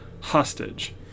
hostage